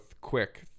quick